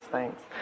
Thanks